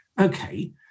Okay